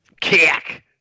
Kick